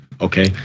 okay